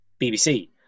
BBC